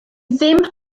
ddim